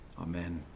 Amen